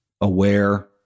aware